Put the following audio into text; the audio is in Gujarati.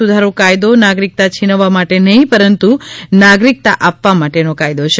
સુધારો કાયદો નાગરિકતા છીનવવા માટે નહીં પરંતુ નાગરિકતા આપવા માટેનો કાયદો છે